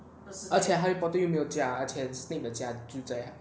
而且 harry potter 有没有家 snake 就在